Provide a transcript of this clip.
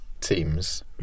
teams